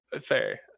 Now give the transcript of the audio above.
Fair